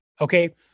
Okay